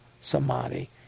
samadhi